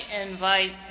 invite